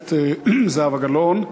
הכנסת זהבה גלאון.